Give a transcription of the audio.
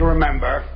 remember